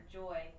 joy